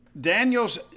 Daniels